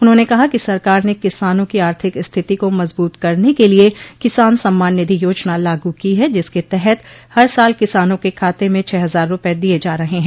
उन्होंने कहा कि सरकार ने किसानों की आर्थिक स्थिति को मजबूत करने के लिये किसान सम्मान निधि योजना लागू की है जिसके तहत हर साल किसानों के खाते में छह हजार रूपये दिये जा रहे हैं